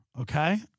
okay